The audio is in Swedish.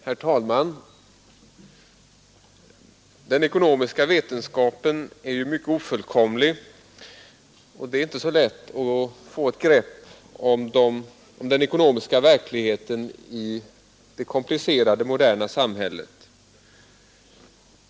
Herr talman! Den ekonomiska vetenskapen är mycket ofullkomlig, och det är inte heller så lätt att få ett grepp om den ekonomiska verkligheten i det komplicerade moderna samhället.